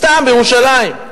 סתם בירושלים.